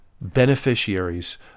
beneficiaries